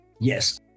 Yes